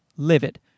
Livid